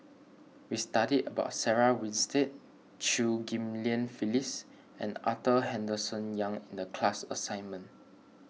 we studied about Sarah Winstedt Chew Ghim Lian Phyllis and Arthur Henderson Young in the class assignment